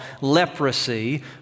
leprosy